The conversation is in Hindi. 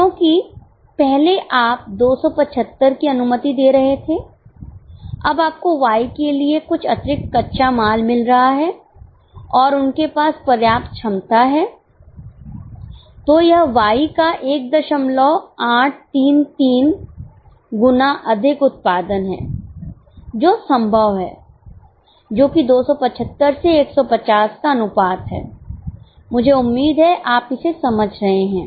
क्योंकि पहले आप 275 की अनुमति दे रहे थे अब आपको Y के लिए कुछ अतिरिक्त कच्चा माल मिल रहा है और उनके पास पर्याप्त क्षमता हैं तो यह Y का 1833 गुना अधिक उत्पादन है जो संभव है जो कि 275 से 150 का अनुपात है मुझे उम्मीद है कि आप इसे समझ रहे हैं